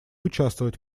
участвовать